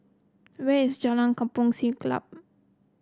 where is Jalan Kampong Siglap